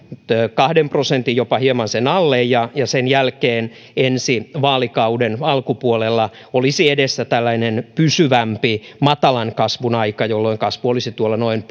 kahteen prosenttiin jopa hieman sen alle ja ja sen jälkeen ensi vaalikauden alkupuolella olisi edessä tällainen pysyvämpi matalan kasvun aika jolloin kasvu olisi tuolla noin